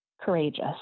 courageous